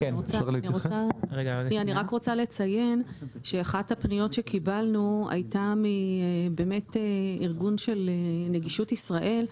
אני רוצה לציין שאחת הפניות שקיבלנו היתה מארגון נגישות ישראל.